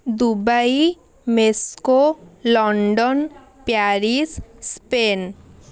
Dubai Moscow London Paris Spain